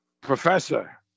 Professor